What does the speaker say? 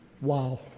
Wow